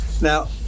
Now